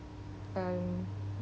and